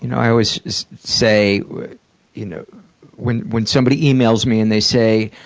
you know i always say you know when when somebody emails me and they say,